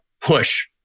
Push